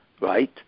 right